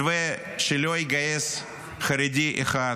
מתווה שלא יגייס חרדי אחד,